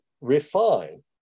refine